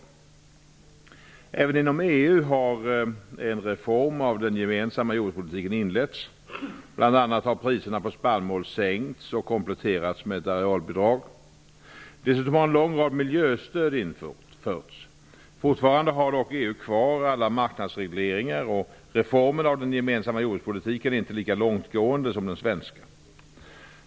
Även inom EU har en reform av den gemensamma jordbrukspolitiken inletts. Bl.a. har priserna på spannmål sänkts och ersatts av ett arealbidrag. Dessutom har en lång rad miljöstöd införts. Fortfarande har dock EU kvar alla marknadsregleringar och reformen av den gemensamma jordbrukspolitiken är inte lika långtgående som den svenska.